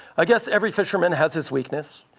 i guess every fisherman has his weakness,